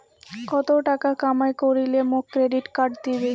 কত টাকা কামাই করিলে মোক ক্রেডিট কার্ড দিবে?